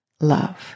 love